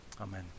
Amen